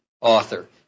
author